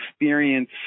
experience